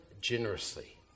generously